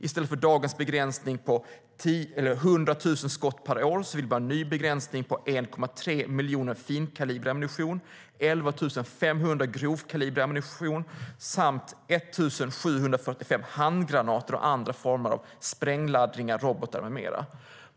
I stället för dagens begränsning på 100 000 skott per år vill man ha en ny begränsning på 1,3 miljoner finkalibrig ammunition, 11 500 grovkalibrig ammunition och 1 745 handgranater och andra former av sprängladdningar, robotar med mera.